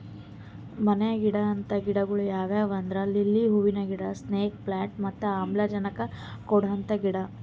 ಮನ್ಯಾಗ್ ಇಡದ್ ಗಿಡಗೊಳ್ ಯಾವ್ಯಾವ್ ಅಂದ್ರ ಲಿಲ್ಲಿ ಹೂವಿನ ಗಿಡ, ಸ್ನೇಕ್ ಪ್ಲಾಂಟ್ ಮತ್ತ್ ಆಮ್ಲಜನಕ್ ಕೊಡಂತ ಗಿಡ